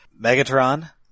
Megatron